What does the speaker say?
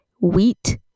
wheat